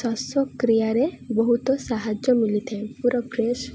ଶ୍ୱାସକ୍ରିୟାରେ ବହୁତ ସାହାଯ୍ୟ ମିିଳିଥାଏ ପୁରା ଫ୍ରେଶ୍